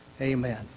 Amen